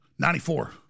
Ninety-four